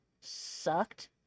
sucked